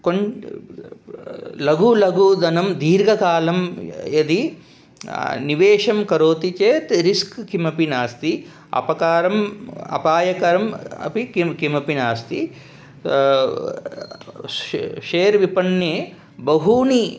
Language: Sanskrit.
कोन् लघुलघुधनं दीर्घकालं यदि निवेशं करोति चेत् रिस्क् किमपि नास्ति अपकारम् अपायकरम् अपि किं किमपि नास्ति शे शेर् विपणे बहूनि